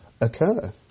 occur